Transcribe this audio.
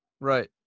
right